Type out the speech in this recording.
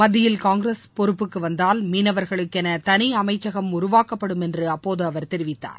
மத்தியில் காங்கிரஸ் பொறப்புக்கு வந்தால் மீனவர்களுக்கென தனி அமைச்சகம் உருவாக்கப்படும் என்று அப்போது அவர் தெரிவித்தார்